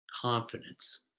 confidence